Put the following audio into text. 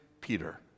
Peter